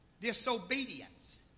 disobedience